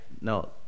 No